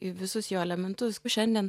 į visus jo elementus šiandien